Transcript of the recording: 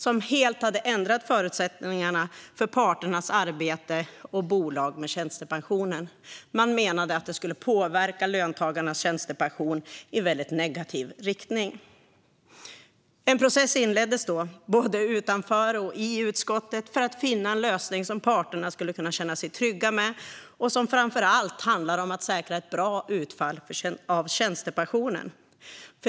Det hade helt ändrat förutsättningarna för parternas arbete och för bolag med tjänstepensioner. Man menade att det skulle påverka löntagarnas tjänstepension i väldigt negativ riktning. En process inleddes då både utanför och i utskottet för att kunna finna en lösning som parterna skulle känna sig trygga med och som framför allt handlar om att säkra ett bra utfall av tjänstepensionen.